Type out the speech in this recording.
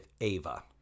Ava